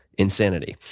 insanity.